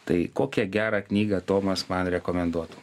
tai kokią gerą knygą tomas man rekomenduotų